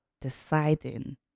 deciding